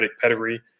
pedigree